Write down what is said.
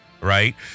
right